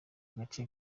agace